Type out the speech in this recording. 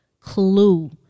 clue